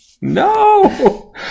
No